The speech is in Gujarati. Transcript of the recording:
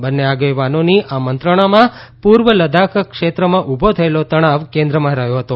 બંને આગેવાનોની આ મંત્રણામાં પૂર્વ લદાખ ક્ષેત્રમાં ઉભો થયેલો તણાવ કેન્દ્રમાં રહ્યો હતો